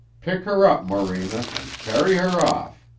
pick her up, morena, and carry her off.